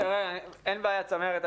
אין בעיה, צמרת.